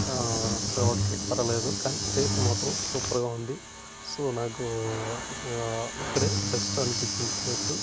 so okay పరలేదు కానీ place మాత్రం సూపర్గా ఉంది సో నాకు అక్కడే బెస్ట్ అనిపించింది ప్లేసు